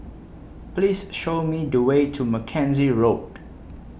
Please Show Me The Way to Mackenzie Road